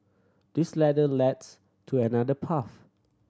this ladder leads to another path